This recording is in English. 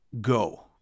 go